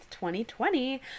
2020